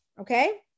okay